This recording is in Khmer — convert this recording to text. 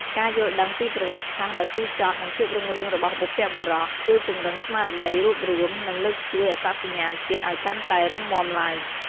ការយល់ដឹងពីប្រវត្តិសាស្ត្រដ៏ជូរចត់ និងភាពរុងរឿងរបស់បុព្វបុរស ជួយពង្រឹងស្មារតីរួបរួម និងលើកស្ទួយអត្តសញ្ញាណជាតិឲ្យកាន់តែរឹងមាំឡើង។